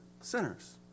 sinners